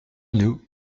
nous